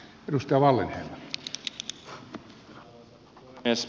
arvoisa puhemies